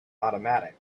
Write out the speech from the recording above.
automatic